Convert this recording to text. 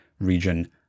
region